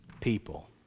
people